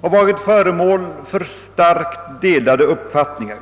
och varit föremål för starkt delade uppfattningar.